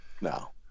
no